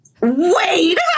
wait